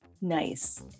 Nice